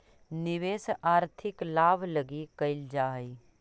निवेश आर्थिक लाभ लगी कैल जा हई